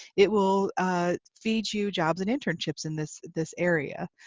it will feed you jobs and internships in this this area.